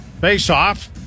faceoff